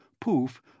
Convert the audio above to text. poof